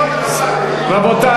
רבותי,